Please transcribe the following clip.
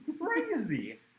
Crazy